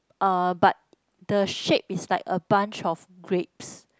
uh but the shape is like a bunch of grapes